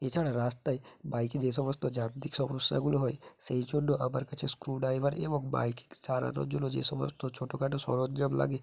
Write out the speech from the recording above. এছাড়া রাস্তায় বাইকে যে সমস্ত যান্ত্রিক সমস্যাগুলো হয় সেই জন্য আমার কাছে স্ক্রুড্রাইভার এবং বাইকিং সারানোর জন্য যে সমস্ত ছোটোখাটো সরঞ্জাম লাগে